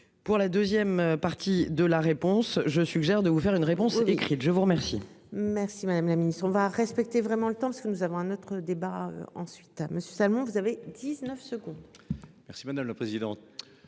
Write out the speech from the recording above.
Pour la 2ème, partie de la réponse, je suggère de vous faire une réponse écrite. Je vous remercie. Merci madame la ministre, on va respecter vraiment le temps parce que nous avons notre débat ensuite. Monsieur Salamon, vous avez 19 secondes. Merci madame la présidente.